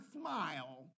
smile